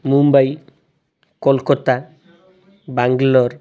Mumbai Kolkata Bangalore